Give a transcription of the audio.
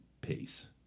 Peace